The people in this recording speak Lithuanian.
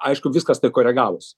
aišku viskas taip koregavosi